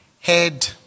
head